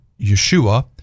Yeshua